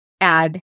add